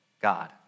God